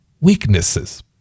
weaknesses